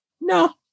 No